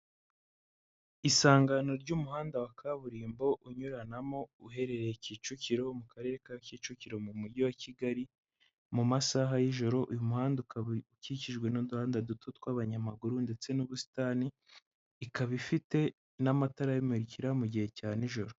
Isangano ry'umuhanda wa kaburimbo unyuranamo uherereye Kicukiro mu karere ka Kicukiro mu mujyi wa Kigali, mu masaha y'ijoro, uyu muhanda ukaba ukikijwe n'uduhandada duto tw'abanyamaguru, ndetse n'ubusitani, ikaba ifite n'amatara ayimurikira mu gihe cya nijoro.